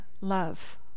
love